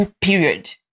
period